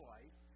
Life